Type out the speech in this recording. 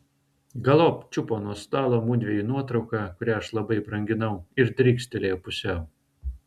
galop čiupo nuo stalo mudviejų nuotrauką kurią aš labai branginau ir drykstelėjo pusiau